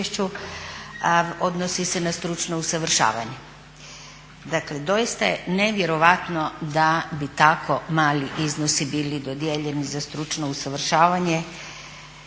odnosi se na stručno usavršavanje. Dakle doista je nevjerojatno da bi tako mali iznosi bili dodijeljeni za stručno usavršavanje.